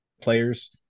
players